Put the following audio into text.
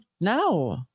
No